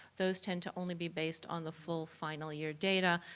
those tend to only be based on the full final year data,